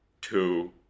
two